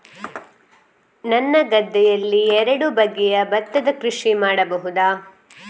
ಒಂದು ಗದ್ದೆಯಲ್ಲಿ ಎರಡು ಬಗೆಯ ಭತ್ತದ ಕೃಷಿ ಮಾಡಬಹುದಾ?